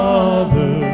Father